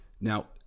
now